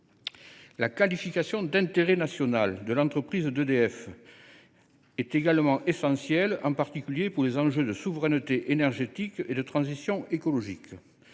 La qualification d’intérêt national de l’entreprise EDF est également essentielle, en particulier pour les enjeux de souveraineté énergétique et de transition écologique.